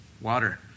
water